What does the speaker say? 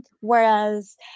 whereas